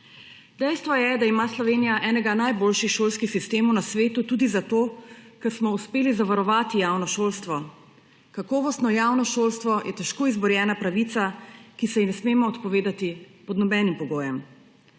Dejstvo je, da ima Slovenija enega najboljših šolskih sistemov na svetu tudi zato, ker smo uspeli zavarovati javno šolstvo. Kakovostno javno šolstvo je težko izborjena pravica, ki se ji ne smemo odpovedati pod nobenim pogojem.